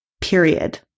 period